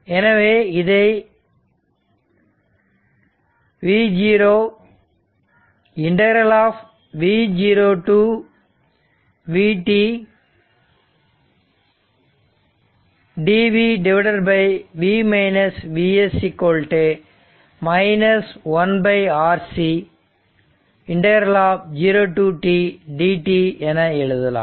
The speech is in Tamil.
எனவே இதை v0 to v ∫ dv 1Rc 0 to t ∫ dt என எழுதலாம்